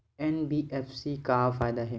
NBFC से का फ़ायदा हे?